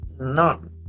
None